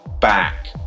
back